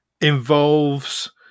involves